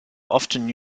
often